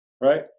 right